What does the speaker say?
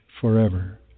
forever